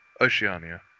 Oceania